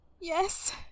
Yes